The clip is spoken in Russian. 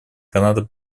канады